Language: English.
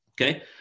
okay